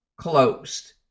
closed